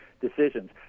decisions